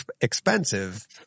expensive